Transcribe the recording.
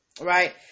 right